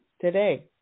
today